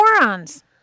Morons